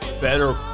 better